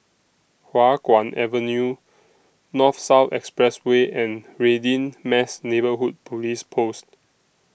Hua Guan Avenue North South Expressway and Radin Mas Neighbourhood Police Post